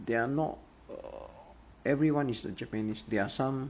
they are not err everyone is the japanese there are some